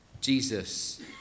Jesus